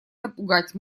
напугать